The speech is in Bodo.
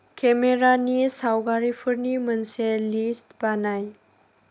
केमेरानि सावगारिफोरनि मोनसे लिस्ट बानाय